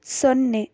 ಸೊನ್ನೆ